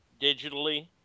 digitally